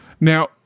Now